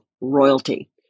royalty